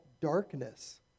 darkness